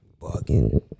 bugging